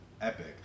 epic